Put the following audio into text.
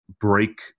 break